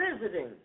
visiting